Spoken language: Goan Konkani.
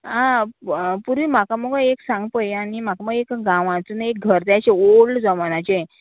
आं पूरी म्हाका मुगो एक सांग पळया आनी म्हाका एक गांवाचो न्हू एक घर जाय आसलें ओल्ड जमान्याचें